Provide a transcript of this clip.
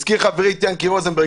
הזכיר לך חברי את ינקי רוזנברג,